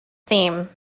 theme